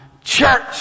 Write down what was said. church